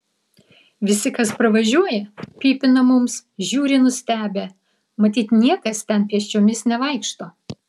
visi kas pravažiuoja pypina mums žiūri nustebę matyt niekas ten pėsčiomis nevaikšto